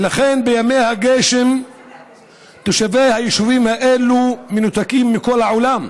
ולכן בימי הגשם תושבי היישובים האלה מנותקים מכל העולם.